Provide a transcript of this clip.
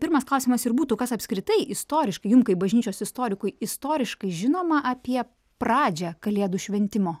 pirmas klausimas ir būtų kas apskritai istoriškai jum kaip bažnyčios istorikui istoriškai žinoma apie pradžią kalėdų šventimo